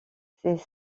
ces